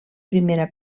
primera